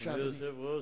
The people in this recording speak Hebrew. אדוני היושב-ראש,